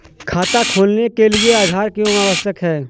खाता खोलने के लिए आधार क्यो आवश्यक है?